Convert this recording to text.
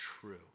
true